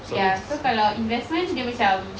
ya so kalau investment dia macam